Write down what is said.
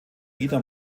ida